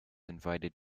invited